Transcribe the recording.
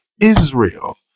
Israel